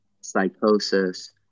psychosis